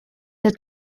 der